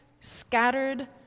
scattered